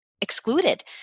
excluded